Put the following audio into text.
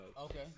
Okay